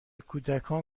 کودکان